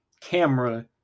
camera